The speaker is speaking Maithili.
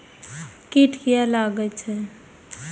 कीट किये लगैत छै?